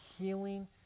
healing